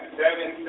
seven